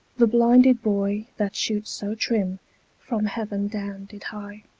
the blinded boy that shootes so trim from heaven downe did hie,